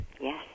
Yes